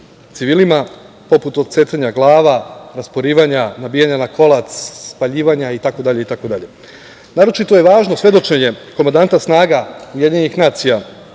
civilima, poput odsecanja glava, rasporivanja, nabijanja na kolac, spaljivanja itd. Naročito je važno svedočenje komandata snaga UN u